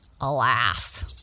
Alas